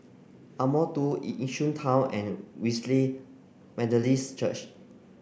Ardmore two it Yishun Town and Wesley Methodist Church